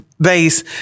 base